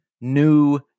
new